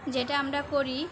যেটা আমরা করি